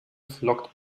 flockt